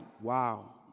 wow